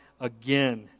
again